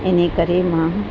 इनकरे मां